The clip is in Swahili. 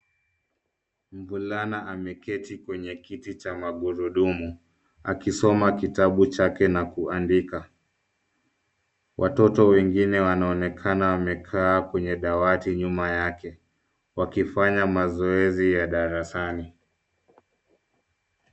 Mvulana ameketi kwenye kiti cha magurudumu akisoma kitabu chake na kuandika. Watoto wengine wanaonekana wamekaa kwenye dawati nyuma yake wakifanya mazoezi ya darasani.